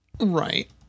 Right